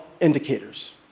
indicators